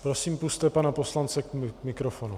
Prosím, pusťte pana poslance k mikrofonu.